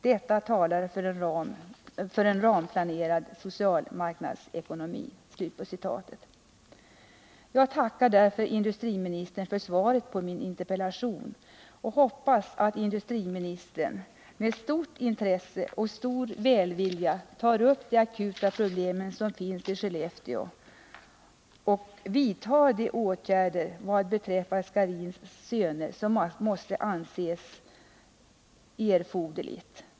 Detta talar för en ramplanerad social marknadsekonomi.” Jag tackar industriministern för svaret på min interpellation och hoppas att industriministern med stort intresse och stor välvilja tar upp de akuta problem som finns i Skellefteå och vidtar de åtgärder vad beträffar Scharins Söner som måste anses vara erforderliga.